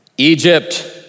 Egypt